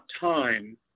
time